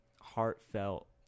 heartfelt